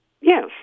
Yes